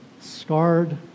scarred